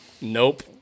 Nope